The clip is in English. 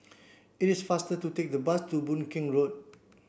it is faster to take the bus to Boon Keng Road